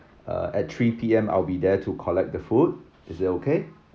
uh at three P_M I'll be there to collect the food is it okay